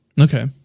Okay